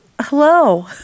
hello